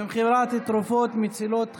במכירת תרופות מצילות חיים).